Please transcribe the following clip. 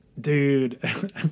Dude